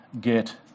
get